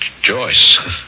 Joyce